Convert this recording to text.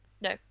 No